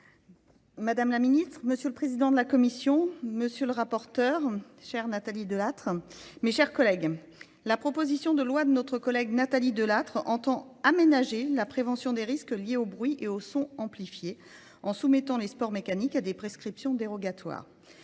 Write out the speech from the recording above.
Madame la ministre, Monsieur le Président de la Commission, Monsieur le rapporteur, cher Nathalie Delattre, Mes chers collègues, La proposition de loi de notre collègue Nathalie Delattre entend aménager la prévention des risques liés au bruit et au son amplifiés en soumettant les sports mécaniques à des prescriptions dérogatoires.